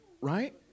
right